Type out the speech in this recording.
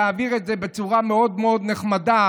להעביר את זה בצורה מאוד מאוד נחמדה,